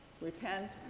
repent